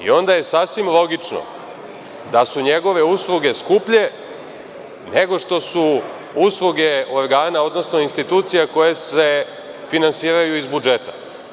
Onda je sasvim logično da su njegove usluge skuplje nego što su usluge institucija koje se finansiraju iz budžeta.